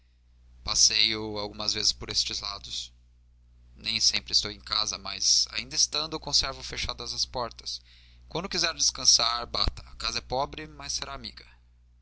passeio algumas vezes por estes lados nem sempre estou em casa mas ainda estando conservo fechadas as portas quando quiser descansar bata a casa é pobre mas será amiga